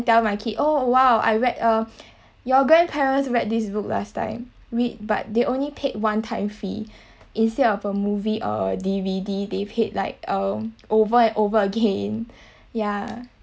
tell my kid oh !wow! I read uh your grandparents read this book last time we but they only paid one time fee instead of a movie or d_v_d they have paid like um over and over again ya